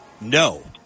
no